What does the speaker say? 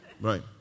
Right